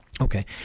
Okay